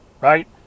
right